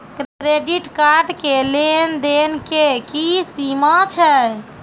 Credit card के लेन देन के की सीमा छै?